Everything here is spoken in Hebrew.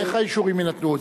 איך האישורים יינתנו?